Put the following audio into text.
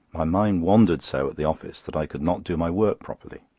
my mind wandered so at the office that i could not do my work properly.